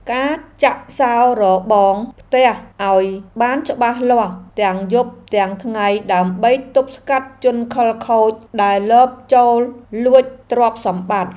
ការចាក់សោរបងផ្ទះឱ្យបានច្បាស់លាស់ទាំងយប់ទាំងថ្ងៃដើម្បីទប់ស្កាត់ជនខិលខូចដែលលបចូលលួចទ្រព្យសម្បត្តិ។